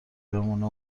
بمونه